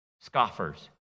Scoffers